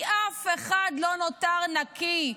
כי אף אחד לא נותר נקי.